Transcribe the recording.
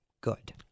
Good